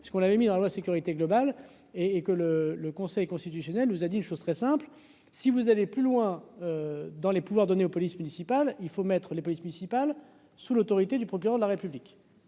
ce qu'on l'avait mis dans la loi sécurité globale et et que le le Conseil constitutionnel nous a dit une chose très simple si vous allez plus loin dans les pouvoirs donnés aux polices municipales, il faut mettre les polices municipales sous l'autorité du procureur de la République.